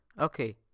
Okay